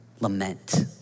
lament